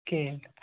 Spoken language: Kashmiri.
کِہیٖنٛۍ